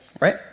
right